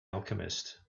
alchemist